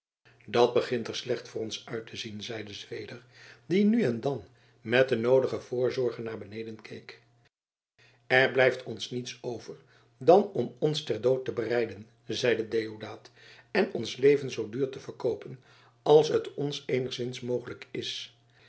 dat begint er slecht voor ons uit te zien zeide zweder die nu en dan met de noodige voorzorgen naar beneden keek er blijft ons niets over dan om ons ter dood te bereiden zeide deodaat en ons leven zoo duur te verkoopen als het ons eenigszins mogelijk is